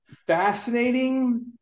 fascinating